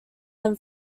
than